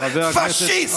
פשיסט.